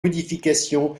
modification